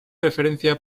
preferencia